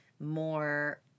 more